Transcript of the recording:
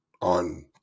on